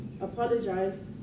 apologize